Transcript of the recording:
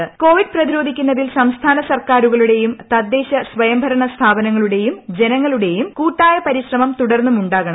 നിരക്ക് കോവിഡ് പ്രതിരോധിക്കുന്നതിൽ സംസ്ഥാന സർക്കാരുകളുടേയും തദ്ദേശ സ്വയംഭരണ സ്ഥാപനങ്ങളുടേയും ജനങ്ങളുടേയും കൂട്ടായ പരിശ്രമം തുടർന്നും ഉണ്ടാകണം